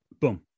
Boom